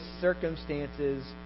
circumstances